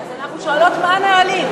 אז אנחנו שואלות מה הנהלים.